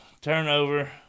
turnover